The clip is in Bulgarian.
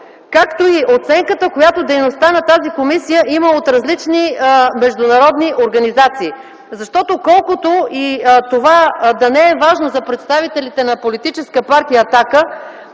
както и оценката, която дейността на тази комисия има от различни международни организации. Защото, колкото и това да не е важно за представителите на политическа партия „Атака”,